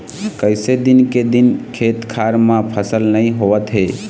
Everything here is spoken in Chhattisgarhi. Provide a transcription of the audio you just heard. कइसे दिन के दिन खेत खार म फसल नइ होवत हे